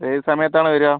ഏത് സമയത്താണ് വരിക